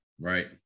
Right